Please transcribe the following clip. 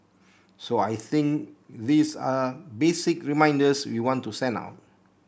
so I think these are basic reminders we want to send out